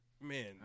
man